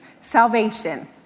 salvation